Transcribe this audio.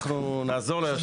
אנחנו נעזור ליושב הראש.